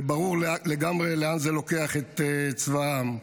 וברור לגמרי לאן זה לוקח את צבא העם.